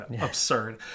absurd